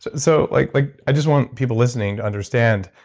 so like like i just want people listening to understand,